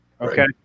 Okay